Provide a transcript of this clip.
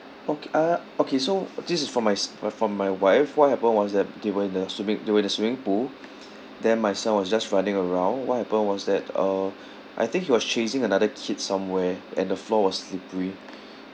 oka~ uh okay so this is from my s~ uh from my wife what happened was that they were in the swimming they were in the swimming pool then my son was just running around what happened was that uh I think he was chasing another kid somewhere and the floor was slippery